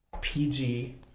PG